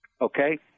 Okay